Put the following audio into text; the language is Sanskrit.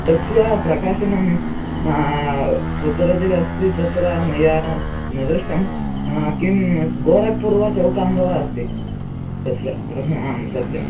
तस्य प्रकाशनं कुत्रचिदस्ति तत्र मया न दृष्टं किं गोरक्पुर् वा चौकाम्बा वा अस्ति तस्य आम् सत्यं